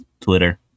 Twitter